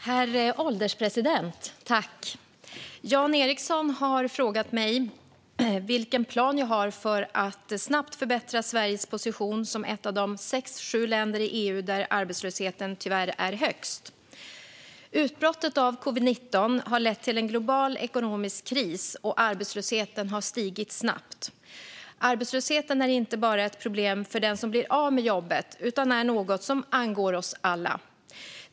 Herr ålderspresident! Jan Ericson har frågat mig om vilken plan jag har för att snabbt förbättra Sveriges position som ett av de sex sju länder i EU där arbetslösheten tyvärr är högst. Utbrottet av covid-19 har lett till en global ekonomisk kris, och arbetslösheten har stigit snabbt. Arbetslösheten är inte bara ett problem för den som blir av med jobbet utan är något som angår oss alla.